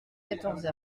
quatorze